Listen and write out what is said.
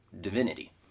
divinity